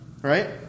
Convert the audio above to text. Right